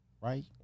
right